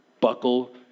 Buckle